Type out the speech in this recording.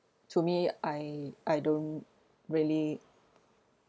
to me I I don't really